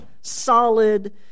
solid